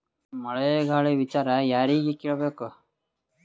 ಮಳೆ ಗಾಳಿ ವಿಚಾರ ಯಾರಿಗೆ ಕೇಳ್ ಬೇಕು?